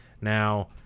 Now